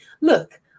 look